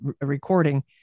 recording